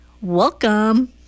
Welcome